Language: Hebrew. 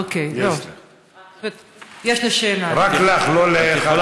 רק לך, לא לח"כים אחרים.